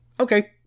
Okay